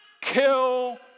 kill